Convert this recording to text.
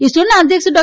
ઇસરોના અધ્યક્ષ ડો